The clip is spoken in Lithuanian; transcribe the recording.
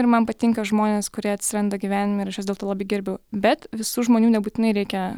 ir man patinka žmonės kurie atsiranda gyvenime ir aš juos dėl to labai gerbiu bet visų žmonių nebūtinai reikia